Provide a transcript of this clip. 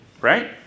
Right